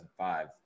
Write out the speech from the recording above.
2005